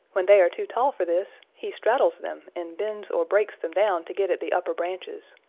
when they are too tall for this, he straddles them and bends or breaks them down to get at the upper branches.